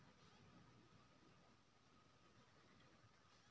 किसान बिल केर विरोध करैत छल मारल गेलाह